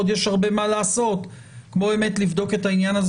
עוד יש הרבה מה לעשות כמו באמת לבדוק את העניין הזה